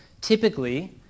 typically